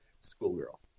schoolgirl